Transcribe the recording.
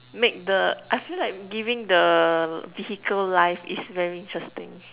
make the I feel like giving the vehicle life is very interesting